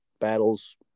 Battles